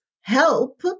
help